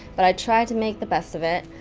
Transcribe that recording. but i tried to make the best of it,